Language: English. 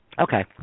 Okay